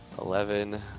eleven